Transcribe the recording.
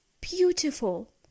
beautiful